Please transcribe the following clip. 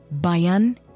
Bayan